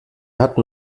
hatten